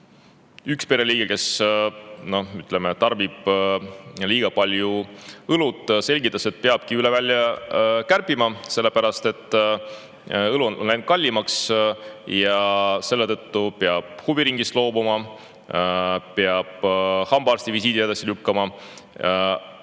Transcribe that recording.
üks pereliige, kes tarbib liiga palju õlut, selgitab, et peabki üle välja kärpima, sellepärast et õlu on läinud kallimaks ja selle tõttu peab [laps] huviringist loobuma või [keegi] peab hambaarstivisiidi edasi lükkama.